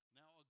now